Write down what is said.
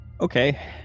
Okay